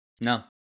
No